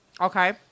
Okay